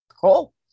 Cool